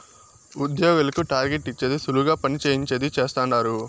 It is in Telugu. ఉద్యోగులకు టార్గెట్ ఇచ్చేది సులువుగా పని చేయించేది చేస్తండారు